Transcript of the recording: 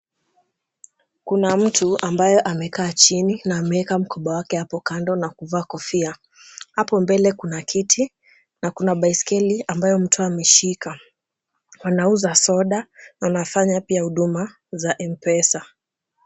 Kuna mtu ambaye amekaa chini na ameweka mkoba wake hapo kando na kuvaa kofia, hapo mbele kuna kiti na kuna baiskeli ambayo mtu ameshika. Wanauza soda, na wanafanya pia huduma za M-pesa.